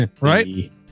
Right